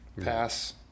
Pass